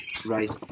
Right